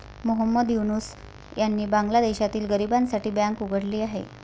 मोहम्मद युनूस यांनी बांगलादेशातील गरिबांसाठी बँक उघडली आहे